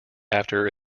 after